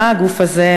מה הוא הגוף הזה,